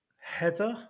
Heather